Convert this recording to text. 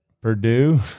Purdue